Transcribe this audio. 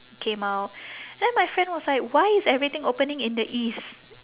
came out then my friend was like why is everything opening in the east